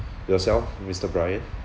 yourself mister bryan